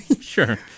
sure